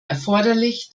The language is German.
erforderlich